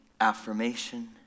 affirmation